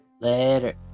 Later